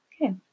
Okay